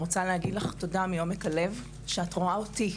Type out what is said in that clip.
תודה מעומק הלב שאת רואה אותי.